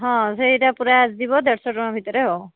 ହଁ ସେଇଟା ପୂରା ଆସିଯିବ ଦେଢ଼ ଶହ ଟଙ୍କା ଭିତରେ ଆଉ